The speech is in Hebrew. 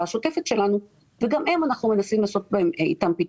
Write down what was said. השוטפת שלנו וגם כאן אנחנו מנסים לתת פתרון,